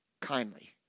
Kindly